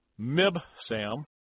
Mibsam